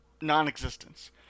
non-existence